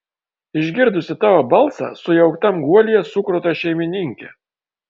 išgirdusi tavo balsą sujauktam guolyje sukruta šeimininkė